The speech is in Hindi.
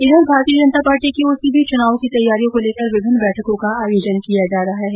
उधर भारतीय जनता पार्टी की ओर से भी चुनावों की तैयारियों को लेकर विभिन्न बैठकों का आयोजन किया जा रहा है